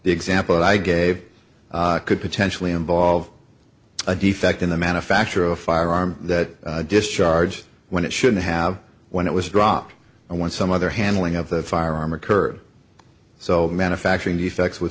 the example i gave could potentially involve a defect in the manufacture of a firearm that discharged when it shouldn't have when it was dropped and when some other handling of the firearm occurred so manufacturing defects would